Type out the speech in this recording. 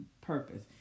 purpose